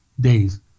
days